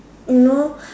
you know